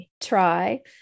try